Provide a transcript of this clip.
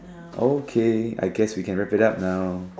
okay I guess we can wrap it up now